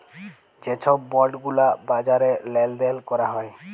যে ছব বল্ড গুলা বাজারে লেল দেল ক্যরা হ্যয়